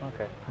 Okay